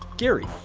gary,